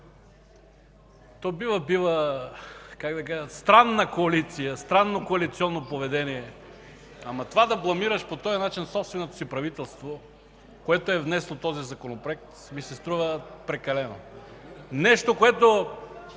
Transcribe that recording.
то бива, бива странна коалиция, странно коалиционно поведение, но това да бламираш по този начин собственото си правителство, което е внесло този Законопроект, ми се струва прекалено. Нещо, което